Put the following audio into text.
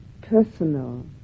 personal